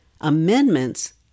Amendments